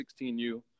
16U